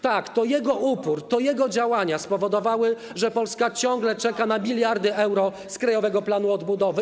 Tak, to jego upór, to jego działania spowodowały, że Polska ciągle czeka na biliardy euro z Krajowego Planu Odbudowy.